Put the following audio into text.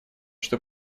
что